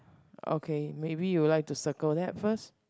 okay maybe you would like to circle that first